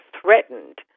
threatened